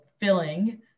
filling